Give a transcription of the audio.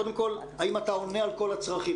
האם אתה עונה על כל הצרכים?